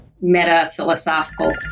meta-philosophical